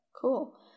cool